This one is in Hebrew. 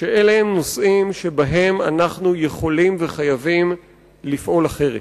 שאלה הם נושאים שבהם אנחנו יכולים וחייבים לפעול אחרת.